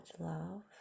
love